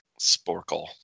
Sporkle